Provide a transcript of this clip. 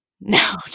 no